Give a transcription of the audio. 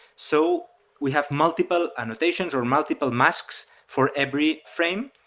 so we have multiple annotations or multiple masks for every frame,